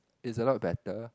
is a lot better